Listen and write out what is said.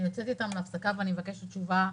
שאני יוצאת איתם להפסקה ואני מבקשת תשובה.